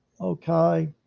okay